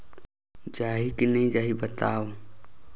जाही की नइ जाही बताव?